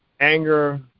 anger